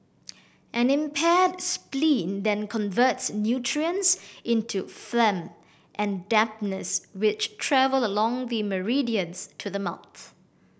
an impaired spleen then converts nutrients into phlegm and dampness which travel along the meridians to the mouth